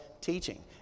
teaching